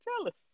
jealous